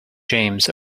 james